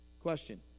Question